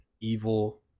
evil